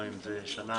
גם אם זה שנה,